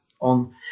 on